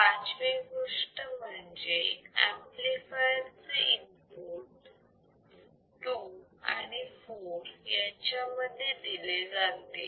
पाचवी गोष्ट म्हणजे ऍम्प्लिफायर चे इनपुट 2 आणि 4 त्यामध्ये दिले जाते